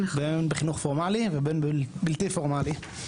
בין אם בחינוך פורמלי, ובין בלתי פורמלי.